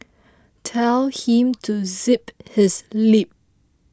tell him to zip his lip